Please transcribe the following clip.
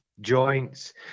joints